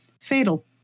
Fatal